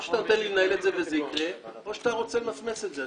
או שאתה נותן לי לנהל את זה וזה יקרה או שאתה רוצה למסמס את זה.